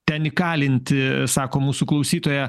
ten įkalinti sako mūsų klausytoja